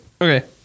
Okay